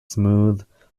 smooth